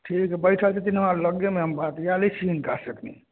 ठीक छै बैठल छथिन हमरा लग्गेमे हम बतिआ लै छियै हिनकासँ कनी